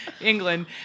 England